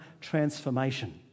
transformation